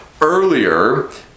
earlier